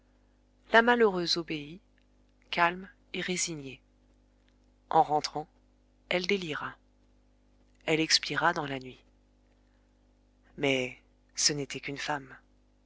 la malheureuse obéit calme et résignée en rentrant elle délira elle expira dans la nuit mais ce n'était qu'une femme